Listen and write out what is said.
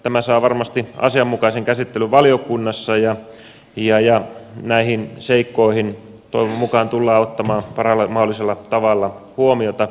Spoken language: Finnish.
tämä saa varmasti asianmukaisen käsittelyn valiokunnassa ja näihin seikkoihin toivon mukaan tullaan ottamaan parhaalla mahdollisella tavalla huomiota